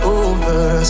over